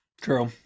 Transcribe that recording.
True